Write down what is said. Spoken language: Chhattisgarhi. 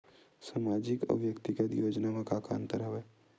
सामाजिक अउ व्यक्तिगत योजना म का का अंतर हवय?